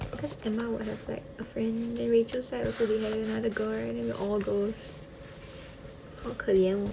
because emma would have like a friend then rachel's side we have another girl right then all girls 好可怜哦